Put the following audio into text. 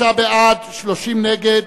63 בעד, 30 נגד,